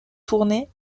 tournée